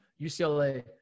UCLA